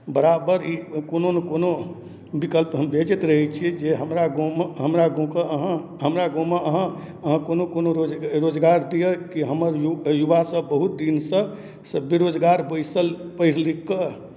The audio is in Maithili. बराबर ई कोनो नहि कोनो विकल्प हम भेजैत रहै छी जे हमरा गाँवमे हमरा गाँवके अहाँ हमरा गाँवमे अहाँ अहाँ कोनो कोनो रो रोजगार दिअ कि हमर यु युवासभ बहुत दिनसँ बेरोजगार बैसल पढ़ि लिखि कऽ